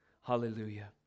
Hallelujah